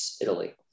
Italy